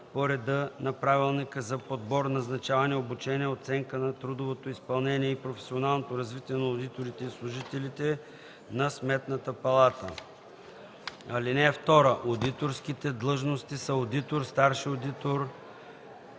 по реда на правилника за подбор, назначаване, обучение, оценка на трудовото изпълнение и професионалното развитие на одиторите и служителите на Сметната палата. (2) Одиторските длъжности са одитор, старши одитор